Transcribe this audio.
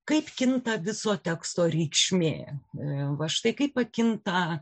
kaip kinta viso teksto reikšmė va štai kaip pakinta